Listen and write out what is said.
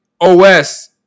OS